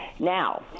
Now